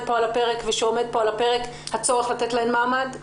פה על הפרק ושעומד פה על הפרק הצורך לתת להן מעמד?